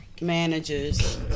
managers